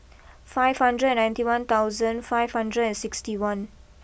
five hundred ninety one thousand five hundred and sixty one